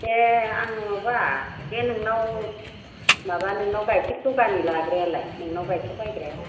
ए आङो माबा बे नोंनाव माबा नोंनाव गाइखेर जगालि लाग्रायालाय नोंनाव गाइखेर बायग्राया